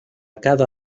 cada